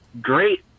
great